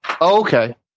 Okay